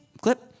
Clip